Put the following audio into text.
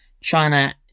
China